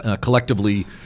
collectively